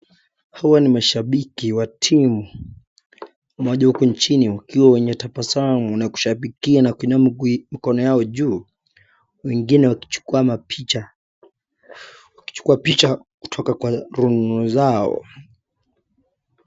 Hawa ni mashabiki wa timu, moja huko nchini wakiwa wenye tabasamu, na kushabikia na kuinua mikono yao juu na wengine wakichukua mapicha, wakichukua picha kutoka kwa wenzao.